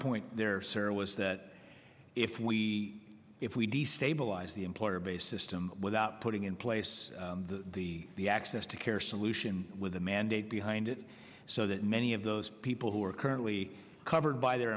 point there sara was that if we if we destabilize the employer based system without putting in place the the access to care solution with the mandate behind it so that many of those people who are currently covered by their